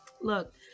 Look